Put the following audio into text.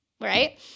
right